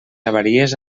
avaries